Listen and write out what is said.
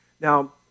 Now